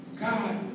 God